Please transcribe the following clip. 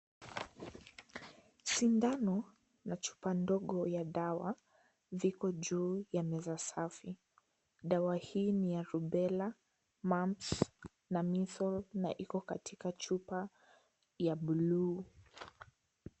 Sindano, na chupa ndogo, ya dawa, viko juu, ya meza safi, dawa hii ni ya, (cs)rubela, mums(cs), na (cs)missos(cs), na iko katika chup, ya (cs)blue(cs).